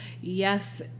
yes